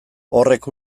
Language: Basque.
horrek